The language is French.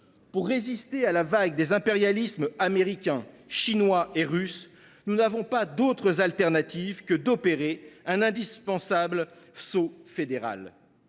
Pour résister à la vague des impérialismes américain, chinois et russe, nous n’avons d’autre choix que d’opérer un indispensable saut fédéral.